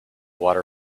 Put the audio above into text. water